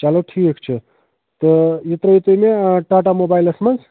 چلو ٹھیٖک چھُ تہٕ یہِ ترٛٲوِو تُہۍ یہِ ٹاٹا موبایلَس مَنٛز